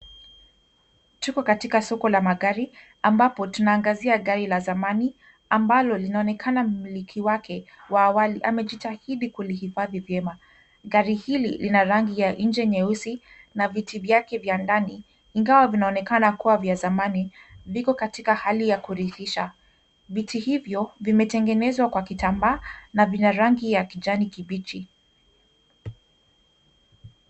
Tuko katika soko la magari ambapo tunaangazia gari la zamani ambalo linaonekana mmiliki wake wa awali amejitahidi kulihifadhi vyema. gari hili lina rangi ya nje nyeusi na viti vyake vya ndani, ingawa vinaonekana kuwa nya zamani, viko katika hali ya kuridhisha. Viti hivyo vimetengenezwa kwa kitambaa na vina rangi ya kijani kibichi.